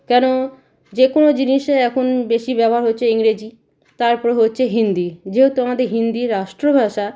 কেন যে কোনো জিনিসে এখন বেশি ব্যবহার হচ্ছে ইংরেজি তারপর হচ্ছে হিন্দি যেহেতু আমাদের হিন্দি রাষ্ট্রভাষা